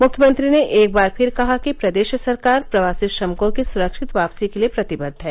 मुख्यमंत्री ने एक बार फिर कहा कि प्रदेश सरकार प्रवासी श्रमिकों की सुरक्षित वापसी के लिए प्रतिबद्ध है